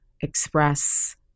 express